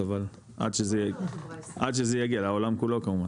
אבל עד שזה עד שזה יגיע לעולם כולו כמובן,